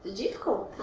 difficult.